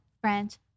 French